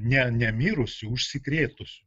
ne nemirusių užsikrėtus